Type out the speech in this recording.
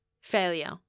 failure